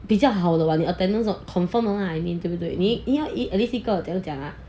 比较好的 while 你的 attendance 的 confirmed 的 lah what I mean 对不对你要一个什样讲啊